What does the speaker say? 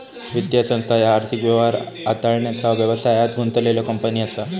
वित्तीय संस्था ह्या आर्थिक व्यवहार हाताळण्याचा व्यवसायात गुंतलेल्यो कंपनी असा